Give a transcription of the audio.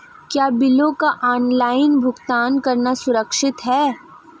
क्या बिलों का ऑनलाइन भुगतान करना सुरक्षित है?